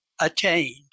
attained